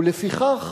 ולפיכך